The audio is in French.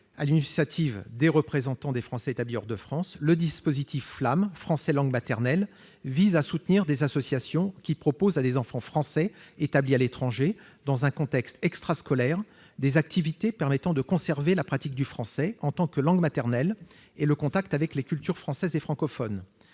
l'initiative des représentants des Français établis hors de France, le dispositif « Français langue maternelle », ou FLAM, vise à soutenir des associations qui proposent à des enfants français établis à l'étranger, dans un contexte extrascolaire, des activités permettant de conserver la pratique du français en tant que langue maternelle et le contact avec les cultures française et francophones.